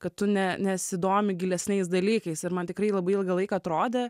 kad tu ne nesidomi gilesniais dalykais ir man tikrai labai ilgą laiką atrodė